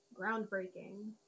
Groundbreaking